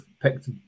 picked